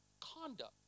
Conduct